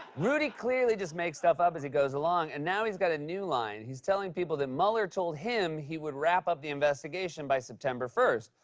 rudy clearly just makes stuff up as he goes along, and now he's got a new line. he's telling people that mueller told him he would wrap up the investigation by september first,